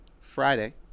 Friday